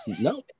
No